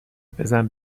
بزن